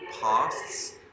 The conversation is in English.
pasts